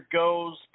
goes